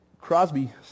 Crosby